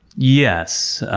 yes.